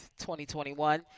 2021